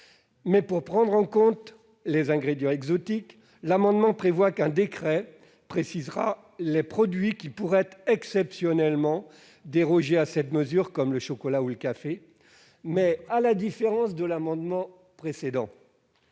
Pour prendre en compte les ingrédients exotiques, l'amendement prévoit qu'un décret précisera les produits qui pourraient exceptionnellement déroger à cette mesure, comme le chocolat ou le café. Toutefois, à la différence de l'amendement précédent,